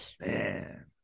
Man